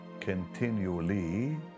continually